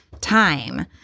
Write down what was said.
time